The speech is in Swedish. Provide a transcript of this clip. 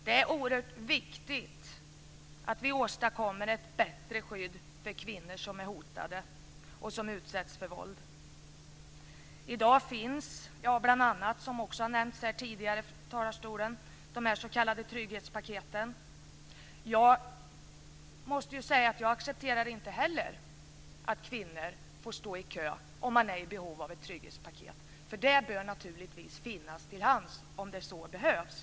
Det är oerhört viktigt att vi åstadkommer ett bättre skydd för kvinnor som är hotade och som utsätts för våld. I dag finns, som tidigare sagts här från talarstolen, exempelvis de s.k. trygghetspaketen. Jag måste säga att inte heller jag accepterar att kvinnor får stå i kö som är i behov av ett trygghetspaket. Ett sådant bör naturligtvis finnas till hands om så behövs.